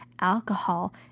alcohol